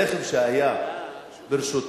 הרכב שהיה ברשותו,